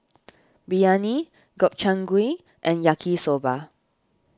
Biryani Gobchang Gui and Yaki Soba